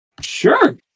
Sure